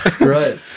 right